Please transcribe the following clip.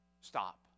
Stop